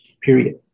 period